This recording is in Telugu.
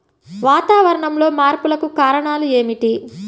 వాతావరణంలో మార్పులకు కారణాలు ఏమిటి?